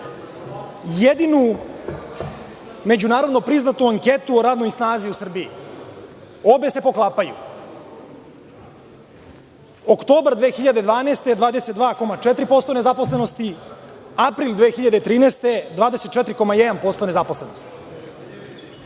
jedinu međunarodno priznatu anketu o radnoj snazi u Srbiji, obe se poklapaju. Oktobar 2012. godine - 22.4% nezaposlenosti, april 2013. godine - 24,1% nezaposlenosti.